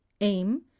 Aim